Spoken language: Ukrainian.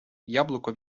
яблуко